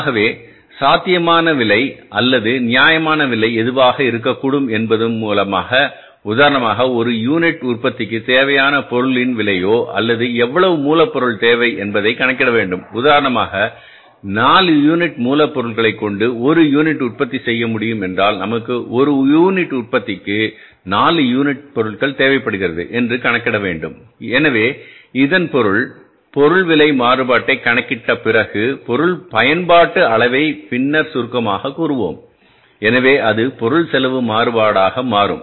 ஆகவே சாத்தியமான விலை அல்லது நியாயமான விலை எதுவாக இருக்க கூடும் என்பதன் மூலம் உதாரணமாக ஒரு யூனிட் உற்பத்திக்கு தேவையான பொருளின் விலையோ அல்லது எவ்வளவு மூலப்பொருள் தேவை என்பதை கணக்கிட வேண்டும் உதாரணமாக நாலு யூனிட் மூலப் பொருளைக் கொண்டு ஒரு யூனிட் உற்பத்தி செய்யமுடியும் என்றால் நமக்கு ஒரு யூனிட் உற்பத்திக்கு நாலு யூனிட் பொருட்கள் தேவைப்படுகிறது என்று கணக்கிட வேண்டும் எனவே இதன் பொருள் பொருள் விலை மாறுபாட்டைக் கணக்கிட்ட பிறகு பொருள் பயன்பாட்டு அளவைக்பின்னர் சுருக்கமாகக் கூறுவோம் எனவே அது பொருள் செலவு மாறுபாடாக மாறும்